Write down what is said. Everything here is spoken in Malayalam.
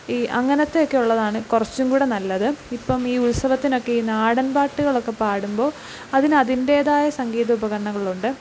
ഈ അങ്ങനത്തെയൊക്കെ ഉള്ളതാണ് കുറച്ചും കൂടെ നല്ലത് ഇപ്പം ഈ ഉത്സവത്തിനൊക്കെ ഈ നാടൻ പാട്ടുകളൊക്കെ പാടുമ്പോൾ അതിന് അതിൻ്റേതായ സംഗീത ഉപകരണങ്ങളുണ്ട്